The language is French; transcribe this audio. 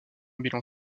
bilan